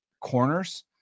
corners